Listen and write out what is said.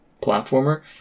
Platformer